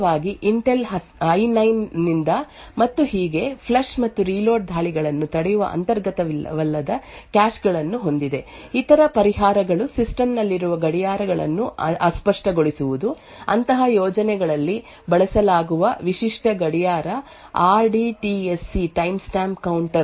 ಆದ್ದರಿಂದ ಆಧುನಿಕ ಇಂಟೆಲ್ ಯಂತ್ರವು ವಿಶೇಷವಾಗಿ ಇಂಟೆಲ್ I9 ನಿಂದ ಮತ್ತು ಹೀಗೆ ಫ್ಲಶ್ ಮತ್ತು ರೀಲೋಡ್ ದಾಳಿಗಳನ್ನು ತಡೆಯುವ ಅಂತರ್ಗತವಲ್ಲದ ಕ್ಯಾಶ್ ಗಳನ್ನು ಹೊಂದಿದೆ ಇತರ ಪರಿಹಾರಗಳು ಸಿಸ್ಟಂ ನಲ್ಲಿರುವ ಗಡಿಯಾರಗಳನ್ನು ಅಸ್ಪಷ್ಟಗೊಳಿಸುವುದು ಅಂತಹ ಯೋಜನೆಗಳಲ್ಲಿ ಬಳಸಲಾಗುವ ವಿಶಿಷ್ಟ ಗಡಿಯಾರ R D T S C timestamp counter